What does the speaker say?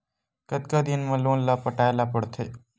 कतका दिन मा लोन ला पटाय ला पढ़ते?